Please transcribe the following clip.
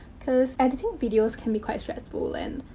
because editing videos can be quite stressful and,